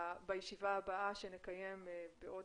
בישיבה הבאה שנקיים בעוד